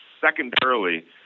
secondarily